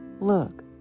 look